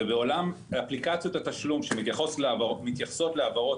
ובעולם אפליקציות התשלום שמתייחסות להעברות